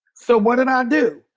so what did i do?